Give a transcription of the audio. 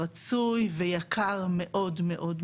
רצוי ויקר מאוד מאוד,